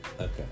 Okay